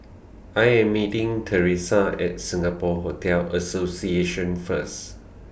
I Am meeting Theresa At Singapore Hotel Association First